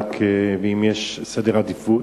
מחולק ואם יש סדר עדיפות.